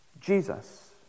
Jesus